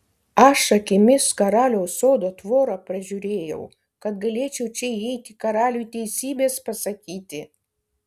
aš akimis karaliaus sodo tvorą pražiūrėjau kad galėčiau čia įeiti karaliui teisybės pasakyti